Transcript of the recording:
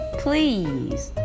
please